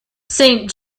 saint